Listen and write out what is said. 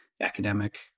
Academic